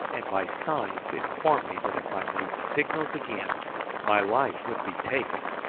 and by signs informed me that if i made signals again my life would be taken.